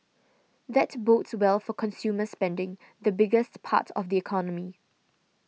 that bodes well for consumer spending the biggest part of the economy